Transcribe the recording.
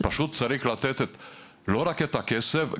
פשוט צריך לתת לא רק את הכסף,